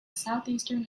southeastern